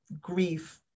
grief